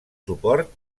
suport